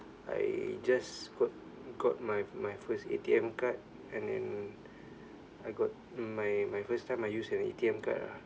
I just got got my my first A_T_M card and then I got my my first time I use an A_T_M card ah